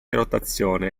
rotazione